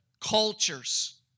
cultures